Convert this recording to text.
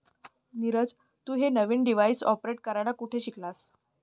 नीरज, तू हे नवीन डिव्हाइस ऑपरेट करायला कुठे शिकलास?